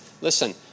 listen